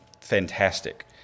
fantastic